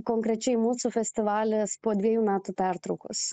konkrečiai mūsų festivalis po dviejų metų pertraukos